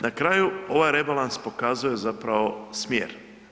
Na kraju ovaj rebalans pokazuje zapravo smjer.